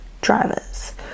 drivers